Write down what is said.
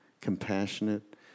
compassionate